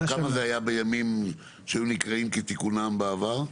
כמה זה היה בימים שהיו נקראים כתיקונם בעבר?